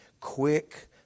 quick